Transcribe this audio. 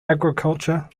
agriculture